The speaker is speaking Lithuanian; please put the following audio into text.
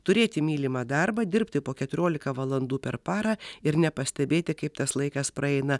turėti mylimą darbą dirbti po keturiolika valandų per parą ir nepastebėti kaip tas laikas praeina